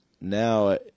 now